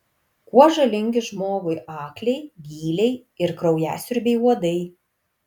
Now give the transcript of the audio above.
kuo žalingi žmogui akliai gyliai ir kraujasiurbiai uodai